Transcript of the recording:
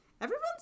everyone's